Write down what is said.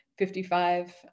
55